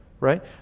right